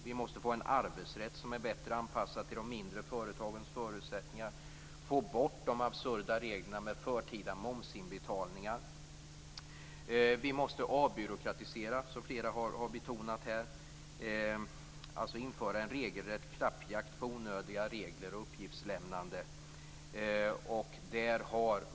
Vi måste få en arbetsrätt som är bättre anpassad till de mindre företagens förutsättningar. De absurda reglerna om förtida momsinbetalningar måste bort. Som flera här har betonat måste vi avbyråkratisera, dvs. införa en regelrätt klappjakt på onödiga regler och uppgiftslämnande.